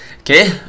Okay